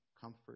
comfort